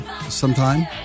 sometime